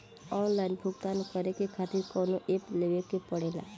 Online भुगतान करके के खातिर कौनो ऐप लेवेके पड़ेला?